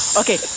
okay